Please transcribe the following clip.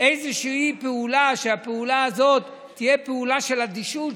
איזושהי פעולה שתהיה פעולה של אדישות,